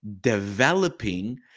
developing